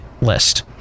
list